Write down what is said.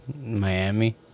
Miami